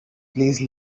please